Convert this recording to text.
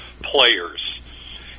players